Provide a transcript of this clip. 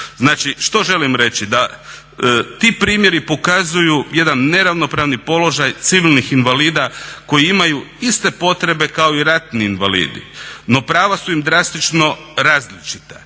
Što želim reći? Da ti primjeri pokazuju jedan neravnopravan položaj civilnih invalida koji imaju iste potrebe kao i ratni invalidi, no prava su im drastično različita.